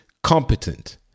Competent